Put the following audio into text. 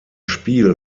spiel